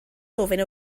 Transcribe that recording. ofyn